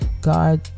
God